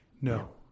No